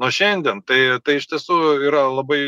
nuo šiandien tai iš tiesų yra labai